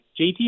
JT